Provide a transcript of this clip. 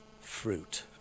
fruit